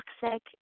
toxic